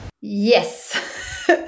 Yes